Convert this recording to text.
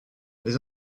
les